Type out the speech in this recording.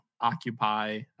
Occupy